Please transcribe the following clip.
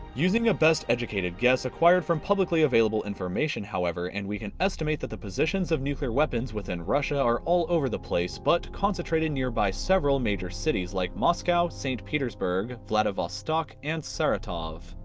using a best-educated guess, acquired from publicly available information however, and we can estimate the positions of nuclear weapons within russia are all over the place, but concentrated nearby several major cities, like moscow, st. petersburg, vladivostok and saratov.